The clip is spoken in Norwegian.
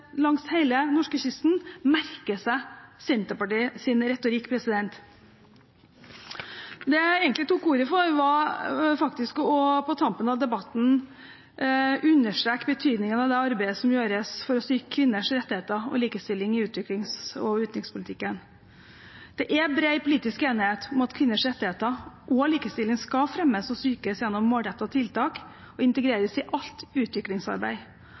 langs hele norskekysten merker seg Senterpartiets retorikk. Det jeg egentlig tok ordet for, var for på tampen av debatten å understreke betydningen av det arbeidet som gjøres for å styrke kvinners rettigheter og likestilling i utviklings- og utenrikspolitikken. Det er bred politisk enighet om at kvinners rettigheter og likestilling skal fremmes og styrkes gjennom målrettede tiltak og integreres i alt utviklingsarbeid.